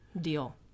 Deal